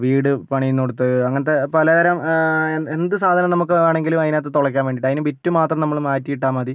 വീട് പണിയുന്നിടത്ത് അങ്ങനത്തെ പലതരം എന്ത് സാധനം നമുക്ക് വേണമെങ്കിലും അതിനകത്ത് തുളയ്ക്കാം വേണ്ടിയിട്ട് അതിനു ബിറ്റു മാത്രം നമ്മൾ മാറ്റി ഇട്ടാൽ മതി